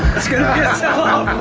it's gonna be a sell out!